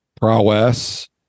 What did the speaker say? prowess